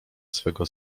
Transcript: swego